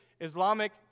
islamic